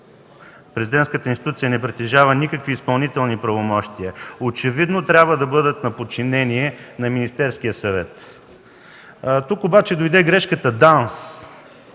Президентската институция не притежава никакви изпълнителни правомощия. Очевидно трябва да бъдат на подчинение на Министерския съвет. Тук обаче дойде грешката ДАНС.